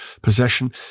possession